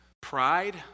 pride